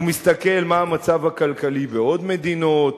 הוא מסתכל מה המצב הכלכלי בעוד מדינות,